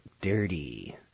dirty